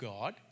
God